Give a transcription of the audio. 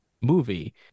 movie